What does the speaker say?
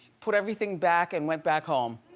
put everything back, and went back home.